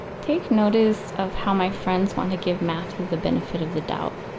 take notice of how my friends want to give mathew the benefit of the doubt.